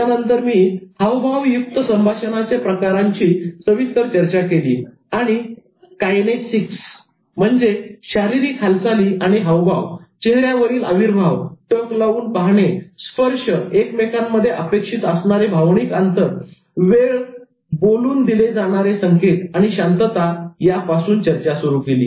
यानंतर मी अभाशिकहावभाव युक्त संभाषणाचे प्रकारांची सविस्तर चर्चा केली आणि 'Kinesics' कायनेसिक्स म्हणजे शारीरिक हालचाली आणि हावभाव चेहऱ्यावरील अविर्भाव टक लावून पाहणे स्पर्श एकमेकांमध्ये अपेक्षित असणारे भावनिक अंतर वेळ बोलून दिले जाणारे संकेत आणि शांतता यापासून चर्चा सुरू केली